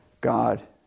God